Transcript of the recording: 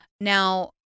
Now